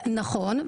נכון,